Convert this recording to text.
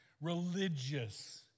religious